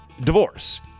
divorce